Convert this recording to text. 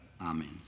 Amen